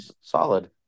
solid